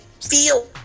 feel